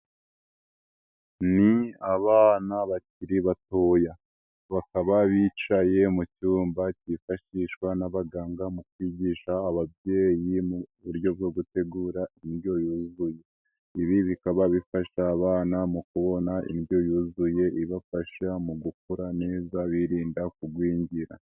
Ni abana bakiri batoya, bakaba bicaye mu cyumba cyifashishwa n'abaganga mu kwigisha ababyeyi mu buryo bwo gutegura indyo yuzuye, ibi bikaba bifasha abana mu kubona indyo yuzuye, ibafasha mu gukura neza, birinda kugwingira.